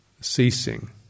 ceasing